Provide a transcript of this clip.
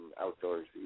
outdoors